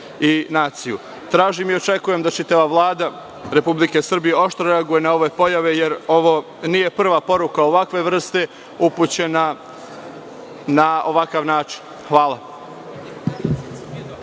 naciju. Tražim i očekujem da će Vlada Republike Srbije oštro reagovati na ove pojave, jer ovo nije prva poruka ovakve vrste upućena na ovakav način. Hvala.